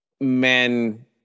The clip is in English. men